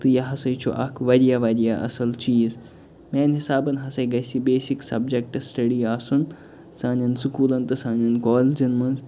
تہٕ یہِ ہسا چھُ اَکھ واریاہ واریاہ اصٕل چیٖز میانہِ حسابَن ہسا گژھہِ یہِ بیسِک سَبجَکٹہٕ سِٹیڈی آسُن سانٮ۪ن سُکوٗلَن تہٕ سانٮ۪ن کالجَن منٛز